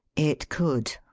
it could,